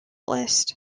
list